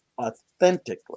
authentically